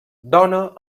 dona